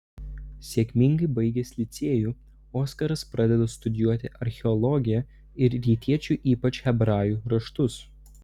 sėkmingai baigęs licėjų oskaras pradeda studijuoti archeologiją ir rytiečių ypač hebrajų raštus